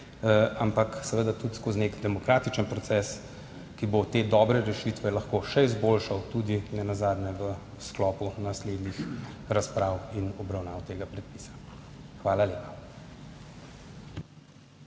ampak seveda tudi skozi nek demokratičen proces te dobre rešitve lahko še izboljšal, nenazadnje tudi v sklopu naslednjih razprav in obravnav tega predpisa. Hvala lepa.